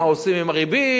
מה עושים עם ריבית?